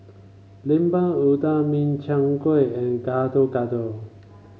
Lemper Udang Min Chiang Kueh and Gado Gado